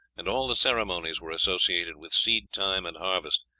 and all the ceremonies were associated with seed-time and harvest,